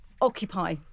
occupy